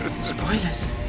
spoilers